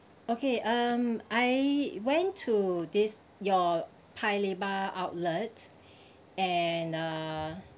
okay um I went to this your paya lebar outlets and uh